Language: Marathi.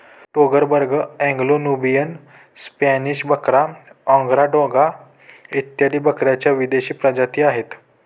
टोनरबर्ग, अँग्लो नुबियन, स्पॅनिश बकरा, ओंगोरा डोंग इत्यादी बकऱ्यांच्या विदेशी प्रजातीही आहेत